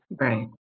Right